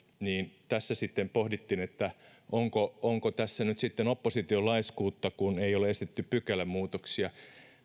tässä sitten pohdittiin onko onko tässä nyt opposition laiskuutta kun ei ole esitetty pykälämuutoksia